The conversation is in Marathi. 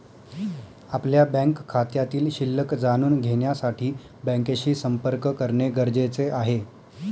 आपल्या बँक खात्यातील शिल्लक जाणून घेण्यासाठी बँकेशी संपर्क करणे गरजेचे आहे